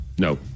No